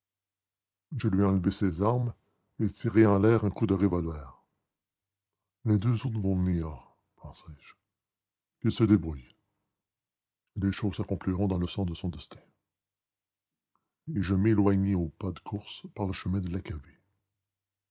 je lui enlevai ses armes et tirai en l'air un coup de revolver les deux autres vont venir pensai-je qu'il se débrouille les choses s'accompliront dans le sens de son destin et je m'éloignai au pas de course par le chemin de la cavée